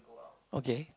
okay